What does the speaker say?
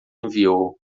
enviou